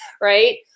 right